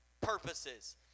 purposes